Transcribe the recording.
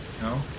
No